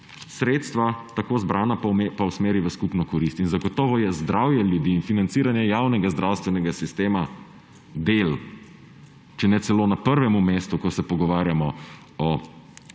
sredstva pa usmeri v skupno korist. In zagotovo je zdravje ljudi in financiranje javnega zdravstvenega sistema del, če ne celo na prvem mestu, ko se pogovarjamo o